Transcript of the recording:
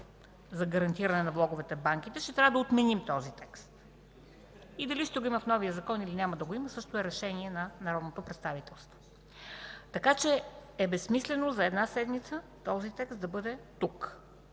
за гарантиране на влоговете в банките – нов закон, ще трябва да отменим този текст. Дали ще го има в новия закон, или няма да го има, също е решение на народното представителство. Безсмислено е за една седмица този текст да бъде тук.